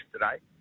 yesterday